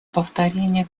повторения